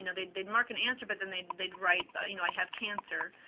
and they'd they'd mark an answer, but then they'd they'd write, but you know i have cancer.